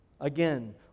Again